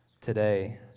today